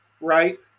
right